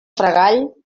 fregall